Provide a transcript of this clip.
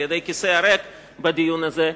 על-ידי הכיסא הריק בדיון הזה,